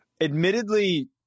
Admittedly